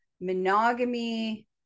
monogamy